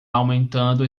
aumentando